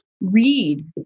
read